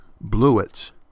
bluets